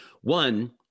One